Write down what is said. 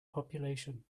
population